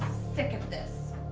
sick of this.